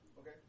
Okay